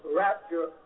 rapture